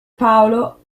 paolo